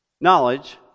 Knowledge